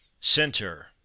center